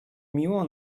mimo